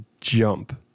jump